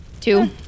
Two